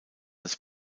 das